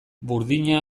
burdina